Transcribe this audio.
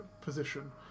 position